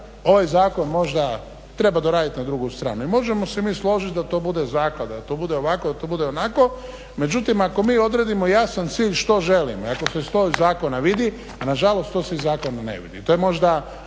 ovaj zakon možda treba doraditi na drugu stranu. I možemo se mi složiti da to bude zaklada, da to bude ovako, da to bude onako. Međutim, ako mi odredimo jasan cilj što želimo i ako se to iz zakona vidi na žalost to se iz zakona ne vidi.